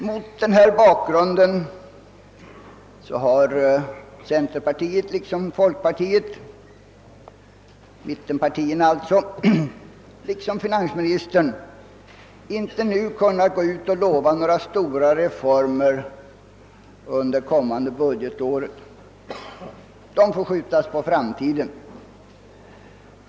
Mot denna bakgrund har vi inom mittenpartierna liksom finansministern inte nu kunnat gå ut och lova några stora reformer under det kommande budgetåret — de får skjutas på framtiden.